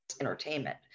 entertainment